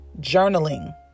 journaling